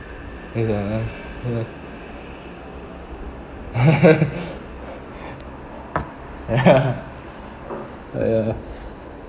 yes ah ya ya